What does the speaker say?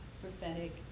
Prophetic